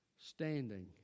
standing